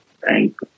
Thank